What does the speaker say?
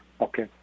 Okay